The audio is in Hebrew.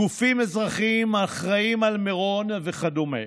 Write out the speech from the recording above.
גופים אזרחיים האחראים על מירון וכדומה.